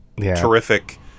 terrific